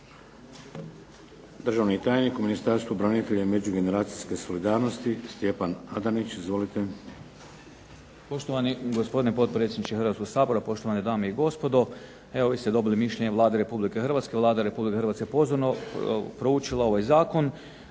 Državni tajnik u Ministarstvu Hrvatskih branitelja i međugeneracijske solidarnosti Stjepan ADanić. Izvolite. **Adanić, Stjepan** Poštovani gospodine potpredsjedniče Hrvatskog sabora, poštovane dame i gospodo. Evo, vi ste dobili mišljenje Vlade Republike Hrvatske. Vlada Republike Hrvatske je pozorno proučila ovaj Zakon,